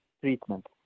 treatment